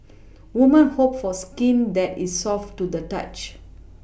woman hope for skin that is soft to the touch